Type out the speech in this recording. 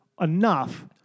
enough